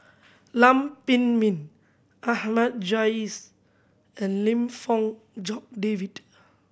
Lam Pin Min Jais and Lim Fong Jock David